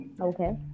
okay